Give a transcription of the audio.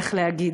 איך להגיד,